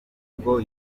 mvugo